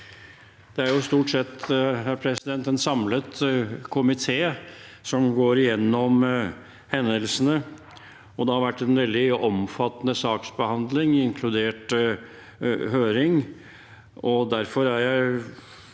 Det er stort sett en samlet komité som går igjennom hendelsene, og det har vært en veldig omfattende saksbehandling, inkludert høring.